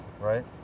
right